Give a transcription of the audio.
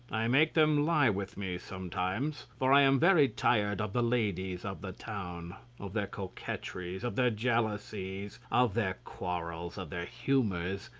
i make them lie with me sometimes, for i am very tired of the ladies of the town, of their coquetries, of their jealousies, of their quarrels, of their humours,